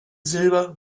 silber